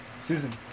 Susan